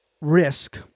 risk